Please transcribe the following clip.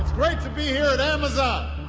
it's great to be here at amazon.